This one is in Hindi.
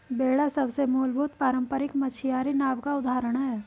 बेड़ा सबसे मूलभूत पारम्परिक मछियारी नाव का उदाहरण है